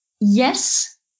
yes